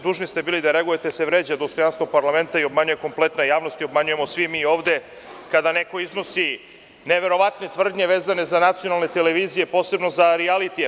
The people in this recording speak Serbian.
Dužni ste bili da reagujete, jer se vređa dostojanstvo parlamenta i obmanjuje kompletna javnost, obmanjujemo svi mi ovde kada neko iznosi neverovatne tvrdnje vezane za nacionalne televizije, posebno za rijalitije.